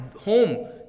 home